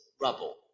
rubble